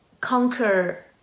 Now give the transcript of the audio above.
conquer